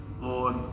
lord